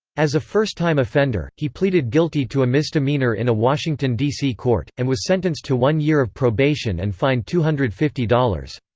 as a first-time offender, he pleaded guilty to a misdemeanor in a washington, d c. court, and was sentenced to one year of probation and fined two hundred and fifty dollars.